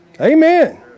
Amen